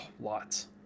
lots